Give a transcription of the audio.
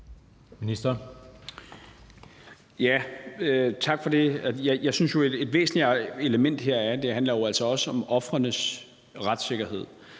Tak for det. Jeg synes jo, at et væsentligt element her er, at det altså også handler om ofrenes retssikkerhed.